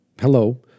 hello